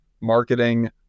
marketing